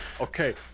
okay